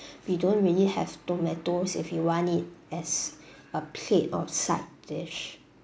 we don't really have tomatoes if you want it as a plate of side dish